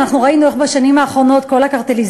אנחנו ראינו איך בשנים האחרונות כל הקרטליזציה